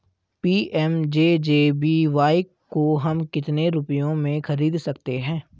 PMJJBY को हम कितने रुपयों में खरीद सकते हैं?